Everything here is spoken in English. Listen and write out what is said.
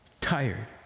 tired